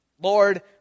Lord